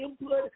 input